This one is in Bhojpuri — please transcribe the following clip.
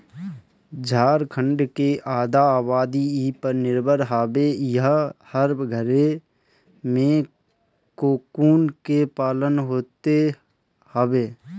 झारखण्ड के आधा आबादी इ पर निर्भर हवे इहां हर घरे में कोकून के पालन होत हवे